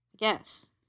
Yes